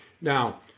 Now